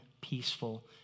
peaceful